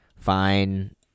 fine